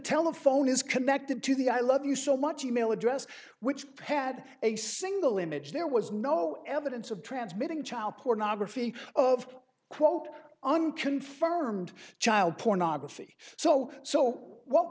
telephone is connected to the i love you so much e mail address which had a single image there was no evidence of transmitting child pornography of quote unconfirmed child pornography so so what